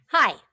Hi